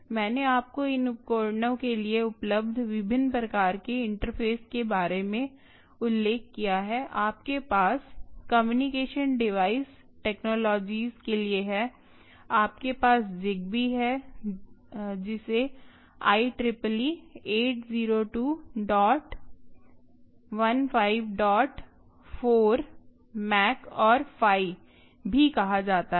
मैंने आपको इन उपकरणों के लिए उपलब्ध विभिन्न प्रकार के इंटरफेस के बारे में उल्लेख किया है आपके पास कम्युनिकेशन डिवाइस टेक्नोलॉजीज के लिए है आपके पास ज़िगबी है जिसे I triple E 802 dot 15 dot 4 IEEE 802154 MAC और फाई MAC Phy भी कहा जाता है